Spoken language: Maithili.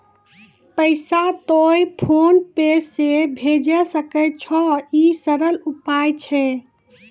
पैसा तोय फोन पे से भैजै सकै छौ? ई सरल उपाय छै?